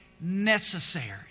necessary